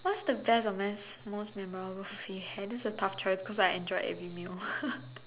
what's the best or most most memorable feast you had that's a tough choice cause I enjoyed every meal